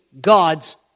God's